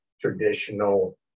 traditional